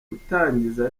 gutangiza